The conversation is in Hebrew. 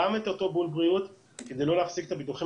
גם את אותו בול בריאות כדי לא להפסיק את הביטוחים